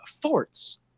forts